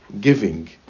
giving